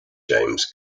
james